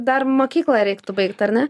dar mokyklą reiktų baigt ar ne